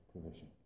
provision